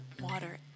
water